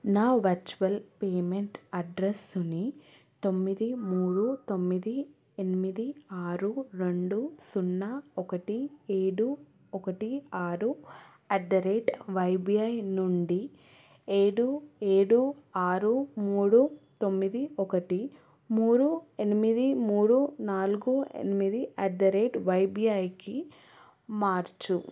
నా virtual payment అడ్రెస్సుని తొమ్మిది మూడు తొమ్మిది ఎనిమిది ఆరు రెండు సున్నా ఒకటి ఏడు ఒకటి ఆరు అట్ ద రేట్ వైబిఐ నుండి ఏడు ఏడు ఆరు మూడు తొమ్మిది ఒకటి మూడు ఎనిమిది మూడు నాలుగు ఎనిమిది అట్ ద రేట్ వైబిఐకి మార్చు